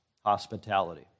hospitality